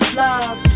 love